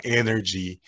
energy